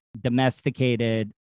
domesticated